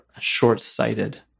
short-sighted